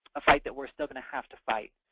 a fight that we're still going to have to fight.